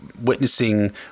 witnessing